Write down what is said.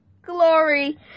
glory